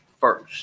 first